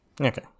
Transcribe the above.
Okay